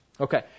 Okay